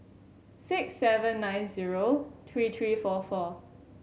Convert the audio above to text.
six seven nine zero three three four four